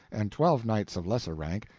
and twelve knights of lesser rank,